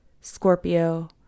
Scorpio